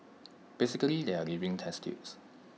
basically they are living test tubes